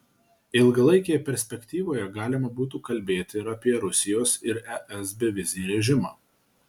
ilgalaikėje perspektyvoje galima būtų kalbėti ir apie rusijos ir es bevizį režimą